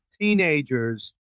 teenagers